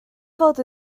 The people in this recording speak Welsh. fod